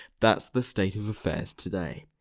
that's the state of affairs today.